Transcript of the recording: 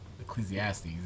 Ecclesiastes